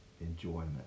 enjoyment